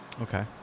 Okay